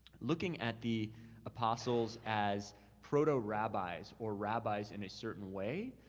looking at the apostles as proto-rabbis, or rabbis in a certain way,